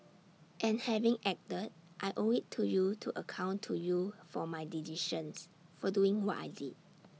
and having acted I owe IT to you to account to you for my decisions for doing what I did